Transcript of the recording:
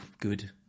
good